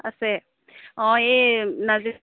আছে অঁ এই নাজিৰা